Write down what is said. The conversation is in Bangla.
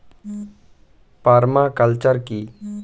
পার্মা কালচার কি?